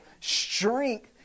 strength